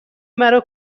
مرا